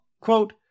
Quote